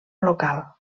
local